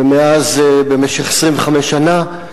ומאז, במשך 25 שנה,